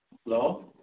hello